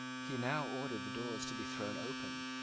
he now ordered the doors to be thrown open,